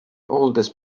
oldest